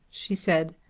she said,